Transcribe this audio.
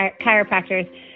chiropractors